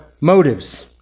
motives